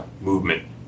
movement